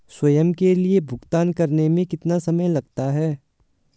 स्वयं के लिए भुगतान करने में कितना समय लगता है?